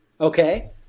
Okay